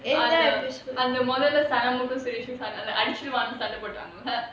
அந்த அந்த மோதல்ல சண்டை அந்த அடிச்சிடுவாங்கனு சண்டை போட்டாங்கல:antha antha modhalla sanda antha adichiduvaanganu sanda potaangala